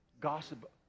gossip